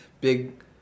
big